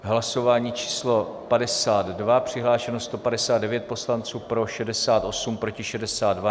Hlasování číslo 52, přihlášeno 159 poslanců, pro 68, proti 62.